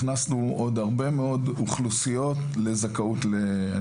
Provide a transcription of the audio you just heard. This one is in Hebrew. הכנסנו עוד הרבה מאוד אוכלוסיות לזכאות אני